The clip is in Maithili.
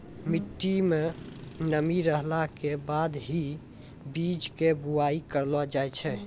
मिट्टी मं नमी रहला के बाद हीं बीज के बुआई करलो जाय छै